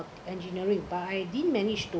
engineering but I didn't manage to